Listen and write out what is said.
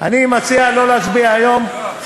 ואינני מדבר על מעונה קדוש.